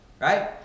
right